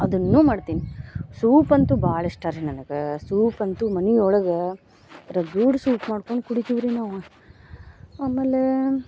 ಅದನ್ನೂ ಮಾಡ್ತೀನಿ ಸೂಪ್ ಅಂತು ಭಾಳ ಇಷ್ಟ ರೀ ನನಗೆ ಸೂಪ್ ಅಂತು ಮನೆ ಒಳಗೆ ರಗಡ್ ಸೂಪ್ ಮಾಡ್ಕೊಂಡು ಕುಡಿತಿವ್ರೀ ನಾವು ಆಮೇಲೆ